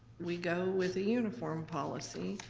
we go with the uniform policy.